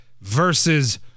versus